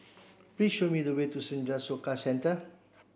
please show me the way to Senja Soka Centre